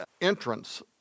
entrance